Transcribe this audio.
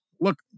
look